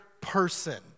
person